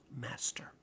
master